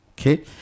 okay